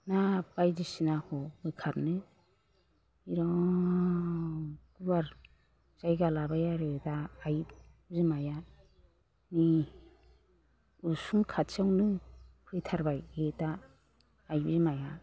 ना बायदिसिनाखौ बोखारनो बिराद गुवार जायगा लाबाय आरो दा आइ बिमाया नै उसुं खाथियावनो फैथारबाय बे दा आइ बिमाया